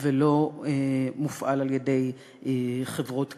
ולא מופעל על-ידי חברות קבלן.